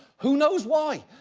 who knows why?